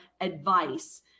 advice